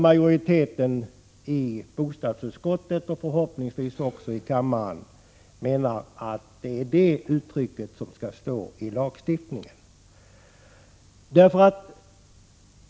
Majoriteten i bostadsutskottet och förhoppningsvis också i kammaren menar att det uttrycket skall stå i lagstiftningen.